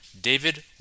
David